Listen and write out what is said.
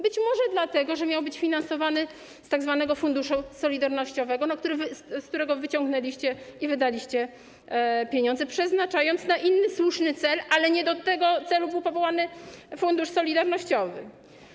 Być może dlatego, że miał być finansowany z tzw. funduszu solidarnościowego, z którego wyciągnęliście i wydaliście pieniądze, przeznaczając je na inny, słuszny cel, ale nie do tego celu był powołany fundusz solidarnościowy.